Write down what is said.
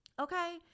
okay